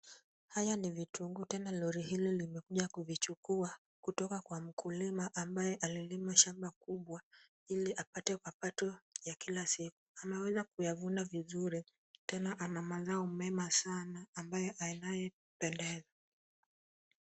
Haya ni vitunguu, tena lori hilo imekuja kuvichukua kutoka kwa mkulima ambaye alilima shamba kubwa ili apate mapato ya kila siku. Ameweza kuyavuna vizuri tena ana mazao mema sana ambayo yanayopendeza.